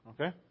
Okay